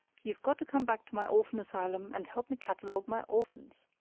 you've got to come back to my orphan asylum and help me catalogue my orphans.